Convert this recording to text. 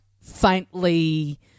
faintly